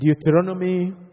Deuteronomy